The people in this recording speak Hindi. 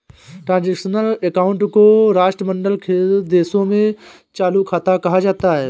ट्रांजिशनल अकाउंट को राष्ट्रमंडल देशों में चालू खाता कहा जाता है